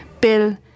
Bill